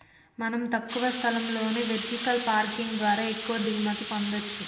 మనం తక్కువ స్థలంలోనే వెర్టికల్ పార్కింగ్ ద్వారా ఎక్కువగా దిగుబడి పొందచ్చు